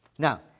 Now